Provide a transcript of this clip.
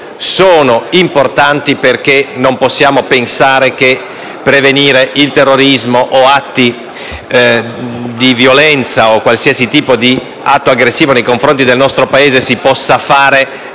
sono importanti perché non possiamo pensare che la prevenzione del terrorismo o degli atti di violenza o di qualsiasi tipo di atto aggressivo nei confronti del nostro Paese possa essere